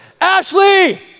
Ashley